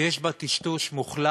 היא שיש בה טשטוש מוחלט